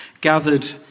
gathered